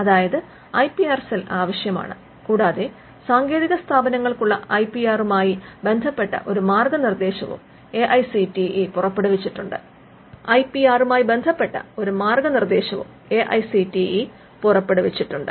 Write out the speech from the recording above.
അതായത് I P R cell ആവശ്യമാണ് കൂടാതെ സാങ്കേതിക സ്ഥാപനങ്ങൾക്കുള്ള ഐ പി ആറുമായി ബന്ധപ്പെട്ട ഒരു മാർഗ്ഗനിർദ്ദേശവും A I C T E പുറപ്പെടുവിച്ചിട്ടുണ്ട്